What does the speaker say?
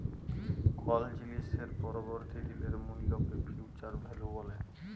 call জিলিসের পরবর্তী দিলের মূল্যকে ফিউচার ভ্যালু ব্যলে